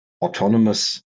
autonomous